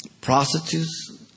Prostitutes